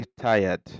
tired